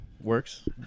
works